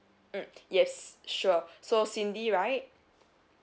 mm yes sure so cindy right